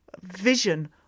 vision